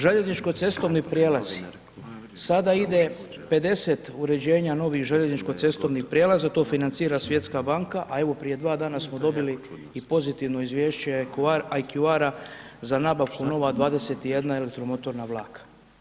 Željezničko cestovni prijelazi sada ide 50 uređenja novih željezničko-cestovnih prijelaza, to financira Svjetska banka, a evo, prije 2 dana smo dobili i pozitivno izvješće IQR-a za nabavku nova 21 elektromotorna vlaka.